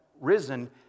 risen